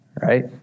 right